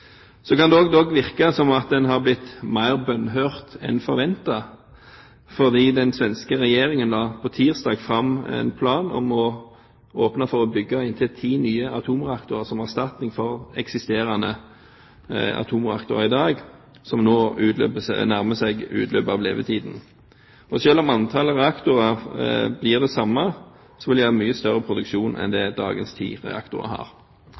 Så kan det også dog virke som at en har blitt mer bønnhørt enn forventet, fordi den svenske regjeringen på tirsdag la fram en plan om å åpne for å bygge inntil ti nye atomreaktorer som erstatning for eksisterende atomreaktorer, som i dag nærmer seg utløp av levetiden. Selv om antallet reaktorer blir det samme, vil de ha mye større produksjon enn det dagens ti reaktorer har.